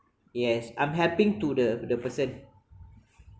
yes I'm helping to the the person